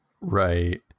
right